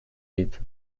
eat